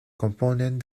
componen